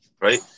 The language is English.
Right